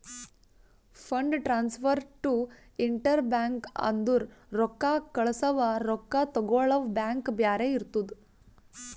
fund transfer to inter bank ಅಂದುರ್ ರೊಕ್ಕಾ ಕಳ್ಸವಾ ರೊಕ್ಕಾ ತಗೊಳವ್ ಬ್ಯಾಂಕ್ ಬ್ಯಾರೆ ಇರ್ತುದ್